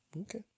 okay